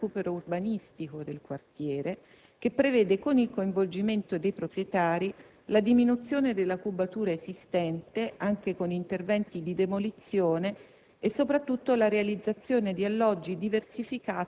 Successivamente, si potrà passare al risanamento e al recupero urbanistico del quartiere, che prevede, con il coinvolgimento dei proprietari, la diminuzione della cubatura esistente, anche con interventi di demolizione,